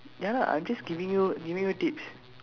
ya lah I'm just giving you giving you tips